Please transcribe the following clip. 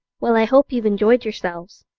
well, i hope you've enjoyed yourselves,